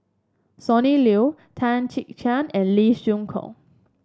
Sonny Liu Tan Chia Chiak and Lee Siew Choh